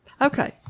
Okay